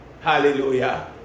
Hallelujah